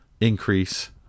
increase